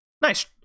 nice